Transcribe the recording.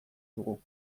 dugu